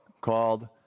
called